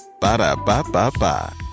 Ba-da-ba-ba-ba